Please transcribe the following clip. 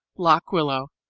lock willow,